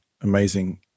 amazing